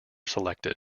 selected